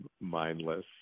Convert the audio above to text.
mindless